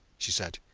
she said.